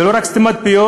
זו לא רק סתימת פיות,